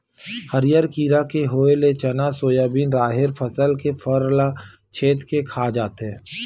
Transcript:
हरियर कीरा के होय ले चना, सोयाबिन, राहेर फसल के फर ल छेंद के खा जाथे